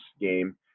game